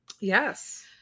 Yes